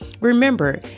Remember